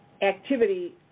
activity